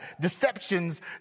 Deceptions